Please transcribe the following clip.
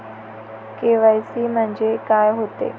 KYC म्हंनजे का होते?